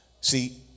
See